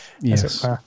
yes